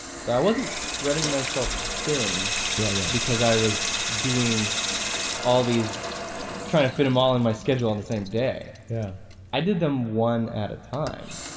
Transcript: so i wasn't spreading myself thin yeah yeah because i was doing all these trying to fit them all in my schedule on the same day. yeah i did them one at a time.